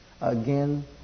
Again